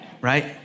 Right